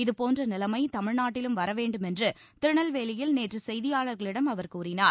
இதபோன்ற நிலைமை தமிழ்நாட்டிலும் வர வேண்டுமென்று திருநெல்வேலியில் நேற்று செய்தியாளர்களிடம் அவர் கூறினார்